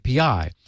API